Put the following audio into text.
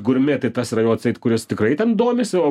gurmė tai tas yra jau atseit kuris tikrai ten domisi o